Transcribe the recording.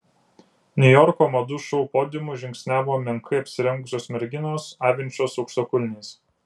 niujorko madų šou podiumu žingsniavo menkai apsirengusios merginos avinčios aukštakulniais